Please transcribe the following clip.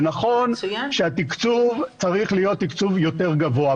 זה נכון שהתקצוב צריך להיות תקצוב יותר גבוה,